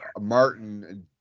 Martin